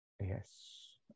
Yes